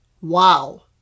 Wow